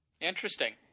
interesting